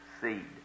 seed